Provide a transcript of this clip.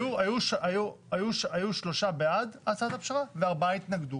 היו שלושה בעד הצעת הפשרה וארבעה התנגדו